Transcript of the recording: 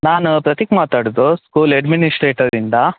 ನಾನು ಪ್ರತೀಕ್ ಮಾತಾಡುದು ಸ್ಕೂಲ್ ಅಡ್ಮಿನಿಸ್ಟ್ರೇಟರಿಂದ